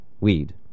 Weed